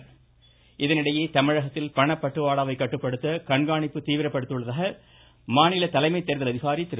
சத்யபிரதசாகு தமிழகத்தில் பணப்பட்டுவாடாவை கட்டுப்படுத்த கண்காணிப்பு தீவிரப்படுத்தப்பட்டுள்ளதாக மாநில தலைமை தேர்தல் அதிகாரி திரு